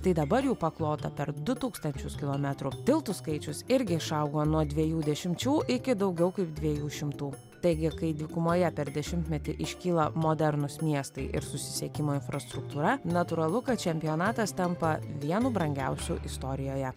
tai dabar jau paklota per du tūkstančius kilometrų tiltų skaičius irgi išaugo nuo dviejų dešimčių iki daugiau kaip dviejų šimtų taigi kai dykumoje per dešimtmetį iškyla modernūs miestai ir susisiekimo infrastruktūra natūralu kad čempionatas tampa vienu brangiausių istorijoje